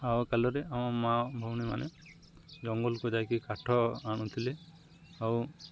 ଆଉ କାଲରେ ଆମ ମା' ଭଉଣୀ ମାନେ ଜଙ୍ଗଲକୁ ଯାଇକି କାଠ ଆଣୁ ଥିଲେ ଆଉ